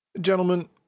gentlemen